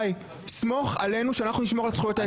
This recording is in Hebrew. לי: סמוך עלינו שאנחנו נשמור על זכויות האזרח שלך?